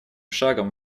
шагом